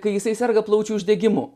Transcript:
kai jisai serga plaučių uždegimu